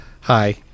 Hi